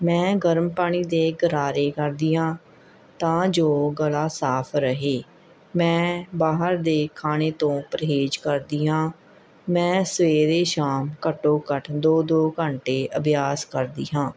ਮੈਂ ਗਰਮ ਪਾਣੀ ਦੇ ਗਰਾਰੇ ਕਰਦੀ ਹਾਂ ਤਾਂ ਜੋ ਗਲਾ ਸਾਫ਼ ਰਹੇ ਮੈਂ ਬਾਹਰ ਦੇ ਖਾਣੇ ਤੋਂ ਪਰਹੇਜ਼ ਕਰਦੀ ਹਾਂ ਮੈਂ ਸਵੇਰੇ ਸ਼ਾਮ ਘੱਟੋ ਘੱਟ ਦੋ ਦੋ ਘੰਟੇ ਅਭਿਆਸ ਕਰਦੀ ਹਾਂ